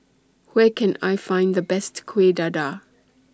Where Can I Find The Best Kueh Dadar